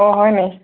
অঁ হয়নি